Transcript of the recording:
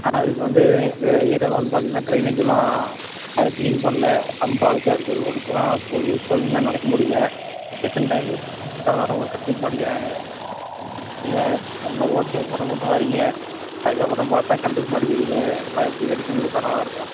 அதுக்கு வந்து எங்கள் ஏரியாவில் வந்து பார்த்தீங்கன்னா ட்ரைனேஜ் எல்லாம் அதலாம் க்ளீன் பண்ணல ரொம்ப அழுக்கா இருக்குது ரோடு பூராம் போகுது கொழந்தைங்க எல்லாம் நடக்க முடியலை எத்தனை டைமு கம்ப்ளைண்ட் கொடுத்தாலும் கண்டுக்க மாட்டேங்கிறாங்க ஐயா நீங்க ஓட்டு கேட்கும் போது மட்டும் வாரீங்க அதுக்கப்புறம் பார்த்தா கண்டுக்க மாட்டேங்குறீங்க இது எல்லாம் எப்படி ரெடி பண்ணி கொடுத்தா நல்லா இருக்கும்